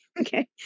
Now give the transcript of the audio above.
Okay